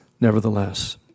nevertheless